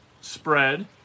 spread